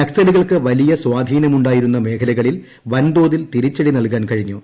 നക്സലുകൾക്ക് വലിയ സ്വാധീനം ഉണ്ടായിരുന്ന മേഖലകളിൽ വൻതോതിൽ തിരിച്ചടി നൽകാൻ കഴിഞ്ഞു